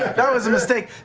that was a mistake!